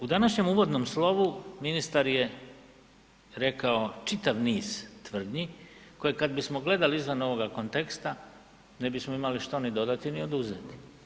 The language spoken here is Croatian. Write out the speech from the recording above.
U današnjem uvodnom slovu ministar je rekao čitav niz tvrdnje koje kad bismo gledali izvan ovoga konteksta ne bismo imali što ni dodati ni oduzeti.